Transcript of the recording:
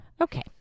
Okay